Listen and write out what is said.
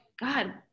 God